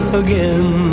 again